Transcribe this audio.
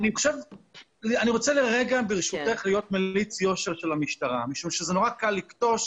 אני רוצה לרגע ברשותך להיות מליץ יושר של המשטרה משום שזה נורא קל לכתוש